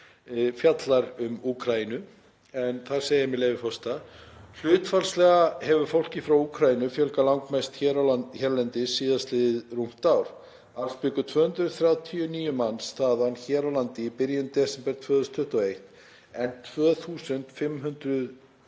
fjallar um Úkraínu en þar segir, með leyfi forseta: „Hlutfallslega hefur fólki frá Úkraínu fjölgað langmest hérlendis síðastliðið rúmt ár. Alls bjuggu 239 manns þaðan hér á landi í byrjun desember 2021 en 2.521